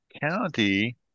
County